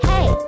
Hey